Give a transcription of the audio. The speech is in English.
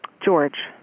George